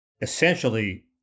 essentially